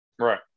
Right